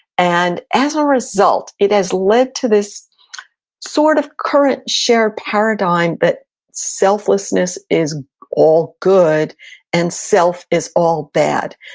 and as a result, it has led to this sort of current shared paradigm that selflessness is all good and self is all bad.